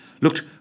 looked